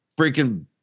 freaking